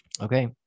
okay